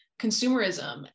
consumerism